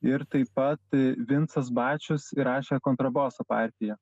ir taip pat vincas bačius įrašė kontraboso partiją